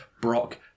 Brock